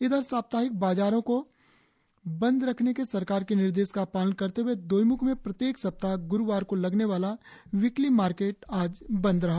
इधर साप्ताहिक बाजारों को बंद रखने के सरकार के निर्देश का पालन करते हुए दोईमुख में प्रत्येक सप्ताह गुरुवार को लगने वाला वीक्ली मार्केट आज बंद रहा